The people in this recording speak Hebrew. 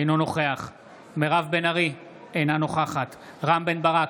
אינו נוכח מירב בן ארי, אינה נוכחת רם בן ברק,